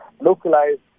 localized